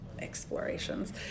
explorations